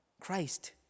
Christ